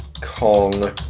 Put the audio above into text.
Kong